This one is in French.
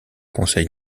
conseils